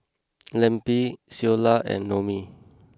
Lempi Ceola and Noemie